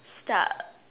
start